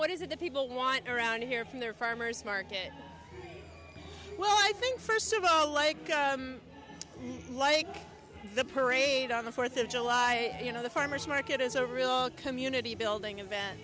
what is it that people want around here from their farmer's market will i think first of all like like the parade on the fourth of july you know the farmers market is a real community building event